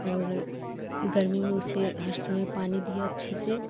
और गर्मियों से हर समय पानी दिया अच्छे से